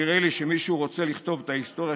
נראה לי שמישהו רוצה לכתוב את ההיסטוריה